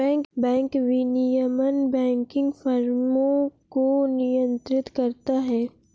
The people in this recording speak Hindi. बैंक विनियमन बैंकिंग फ़र्मों को नियंत्रित करता है